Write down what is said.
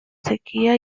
sequía